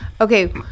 Okay